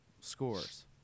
scores